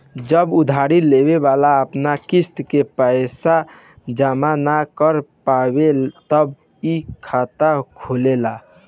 जब उधारी लेवे वाला अपन किस्त के पैसा जमा न कर पावेला तब ई खतरा होखेला